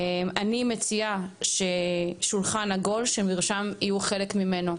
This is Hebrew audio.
אני מציעה שולחן עגול ש"מרשם" יהיו חלק ממנו.